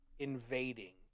invading